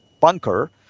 bunker